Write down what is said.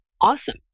awesome